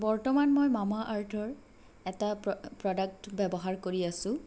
বৰ্তমান মই মামা আৰ্থৰ এটা প্ৰ'ডাক্ট ব্যৱহাৰ কৰি আছোঁ